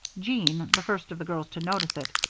jean, the first of the girls to notice it,